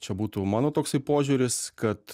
čia būtų mano toksai požiūris kad